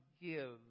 give